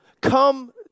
come